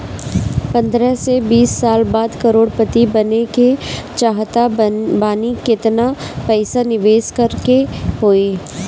पंद्रह से बीस साल बाद करोड़ पति बने के चाहता बानी केतना पइसा निवेस करे के होई?